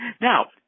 Now